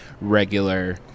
regular